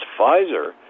Pfizer